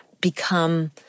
become